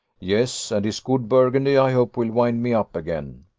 yes and his good burgundy, i hope, will wind me up again,